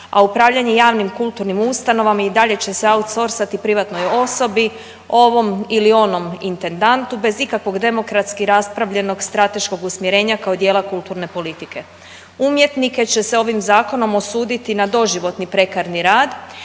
a upravljanje javnim i kulturnim ustanovama i dalje će se outsorsati privatnoj osobi, ovom ili onom intendantu bez ikakvog demokratski raspravljenog strateškog usmjerenja kao dijela kulturne politike. Umjetnike će se ovim zakonom osuditi na doživotni prekarni rad,